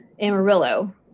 Amarillo